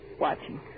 Watching